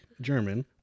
German